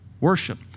worship